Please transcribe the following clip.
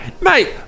mate